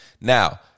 Now